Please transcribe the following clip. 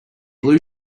blue